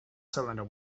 cylinder